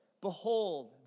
Behold